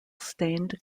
stained